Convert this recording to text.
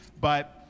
But-